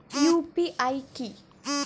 UPI কি?